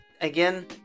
again